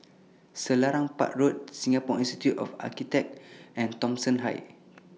Selarang Park Road Singapore Institute of Architects and Thomson Heights